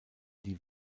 die